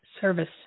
service